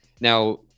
Now